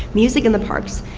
music in the parks.